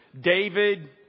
David